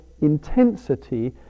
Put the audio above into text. intensity